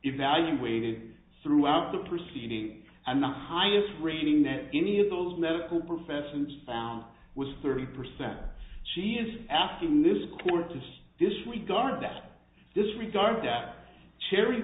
evaluated throughout the proceeding and the highest reading that any of those medical professions found was thirty percent she is asking this court just disregard that this regard out cherry